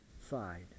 side